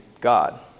God